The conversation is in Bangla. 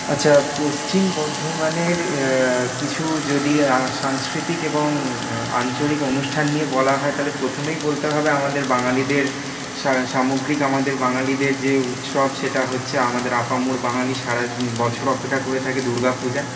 আচ্ছা পশ্চিম বর্ধমানের কিছু যদি সাংস্কৃতিক এবং আঞ্চলিক অনুষ্ঠান নিয়ে বলা হয় তাহলে প্রথমেই বলতে হবে আমাদের বাঙালিদের সামগ্রিক আমাদের বাঙালিদের যে উৎসব সেটা হচ্ছে আমাদের আপামর বাঙালি সারা বছর অপেক্ষা করে থাকে দুর্গাপূজা